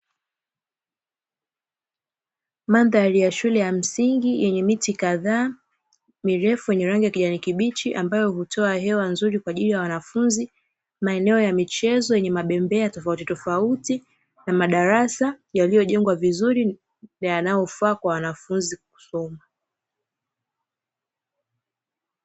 Mandhari ya shule ya msingi yenye miti kadhaa mirefu yenye rangi ya kijani kibichi, ambayo hutoa hewa nzuri kwa ajili ya wanafunzi. Maeneo ya michezo yenye mabembea tofautitofauti na madarasa yaliyojengwa vizuri, yanayofaa kwa wanafunzi kusoma.